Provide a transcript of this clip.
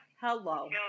hello